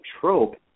trope